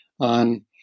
on